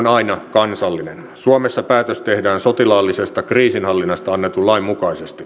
aina kansallinen suomessa päätös tehdään sotilaallisesta kriisinhallinnasta annetun lain mukaisesti